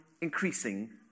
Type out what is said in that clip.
increasing